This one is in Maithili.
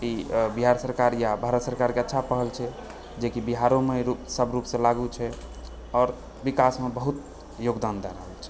ई आ बिहार सरकार या भारत सरकारके अच्छा पहल छै जेकि बिहारोमे सभ रूपसँ लागू छै आओर विकासमे बहुत योगदान दए रहल छै